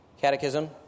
catechism